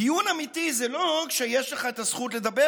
דיון אמיתי זה לא כשיש לך את הזכות לדבר